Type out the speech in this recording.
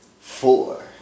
Four